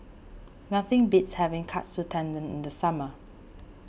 nothing beats having Katsu Tendon in the summer